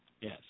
Yes